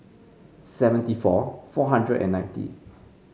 seventy four four hundred and ninety